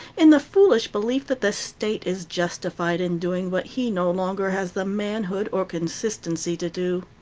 in the foolish belief that the state is justified in doing what he no longer has the manhood or consistency to do.